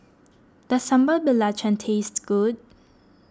does Sambal Belacan taste good